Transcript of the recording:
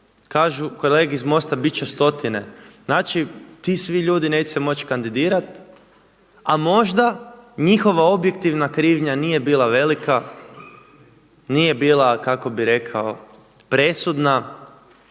Kažu kolege iz MOST-a: bit će stotine. Znači, ti svi ljudi neće se moći kandidirati, a možda njihova objektivna krivnja nije bila velika, nije bila kako bih rekao presudna